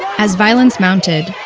as violence mounted,